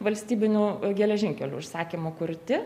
valstybinių geležinkelių užsakymu kurti